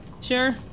Sure